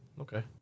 Okay